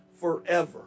forever